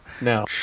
No